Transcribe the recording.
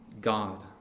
God